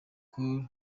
col